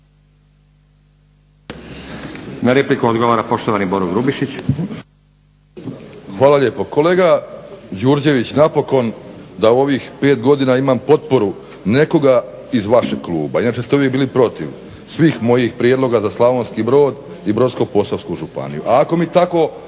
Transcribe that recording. Na repliku odgovara poštovani Boro Grubišić. **Grubišić, Boro (HDSSB)** Hvala lijepo. Kolega Đurđević, napokon da u ovih 5 godina imam potporu nekoga iz vašeg kluba, inače ste uvijek bili protiv svih mojih prijedloga za Slavonski Brod i Brodsko-posavsku županiju. A ako mi tako